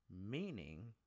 Meaning